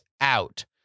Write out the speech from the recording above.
out